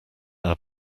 add